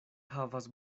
havas